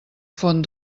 font